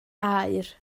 aur